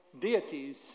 deities